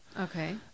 Okay